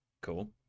Cool